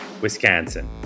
Wisconsin